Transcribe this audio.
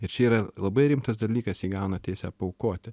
ir čia yra labai rimtas dalykas įgauna teisę paaukoti